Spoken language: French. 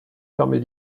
permet